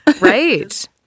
Right